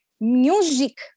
music